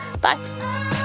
bye